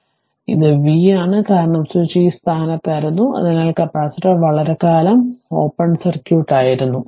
അതിനാൽ ഇത് v ആണ് കാരണം സ്വിച്ച് ഈ സ്ഥാനത്തായിരുന്നു അതിനാൽ കപ്പാസിറ്റർ വളരെക്കാലം ഓപ്പൺ സർക്യൂട്ട് പതിപ്പായിരുന്നു